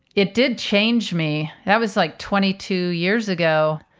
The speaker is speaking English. it did change me. that was like twenty two years ago.